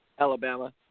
Alabama